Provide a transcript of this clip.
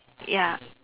ya